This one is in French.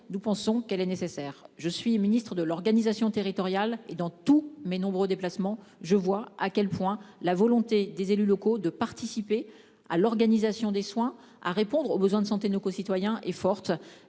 Nous pensons qu'elle est nécessaire. Je suis Ministre de l'organisation territoriale et dans tous mes nombreux déplacements je vois à quel point la volonté des élus locaux de participer à l'organisation des soins à répondre aux besoins de santé de nos concitoyens est forte